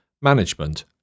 management